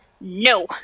No